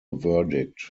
verdict